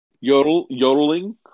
Yodeling